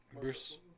Bruce